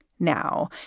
Now